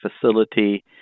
facility